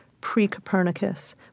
pre-Copernicus